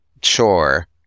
chore